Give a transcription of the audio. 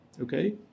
Okay